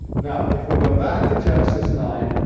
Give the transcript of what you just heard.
now, if we go back to genesis nine,